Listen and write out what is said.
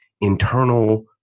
internal